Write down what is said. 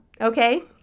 Okay